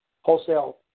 wholesale